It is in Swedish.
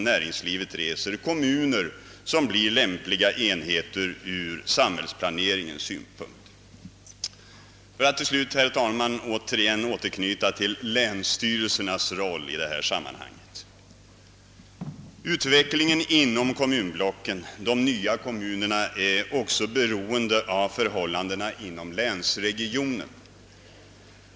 näringslivet reser, kommuner som blir lämpliga enheter ur samhällsplaneringens synpunkt. ; Jag vill slutligen, herr talman, återknyta till länsstyrelsernas roll i detta sammanhang. Utvecklingen inom kommunblocken, de nya kommunerna, är också beroende av förhållandena inom länsregionen.